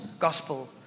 gospel